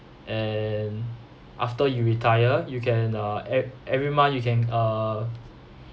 and after you retire you can uh e~ every month you can uh